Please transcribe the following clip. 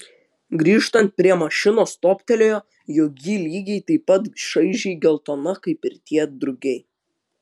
grįžtant prie mašinos toptelėjo jog ji lygiai taip pat šaižiai geltona kaip ir tie drugiai